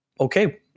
okay